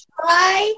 try